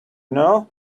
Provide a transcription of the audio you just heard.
know